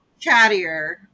chattier